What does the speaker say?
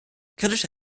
kritische